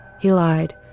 he lied,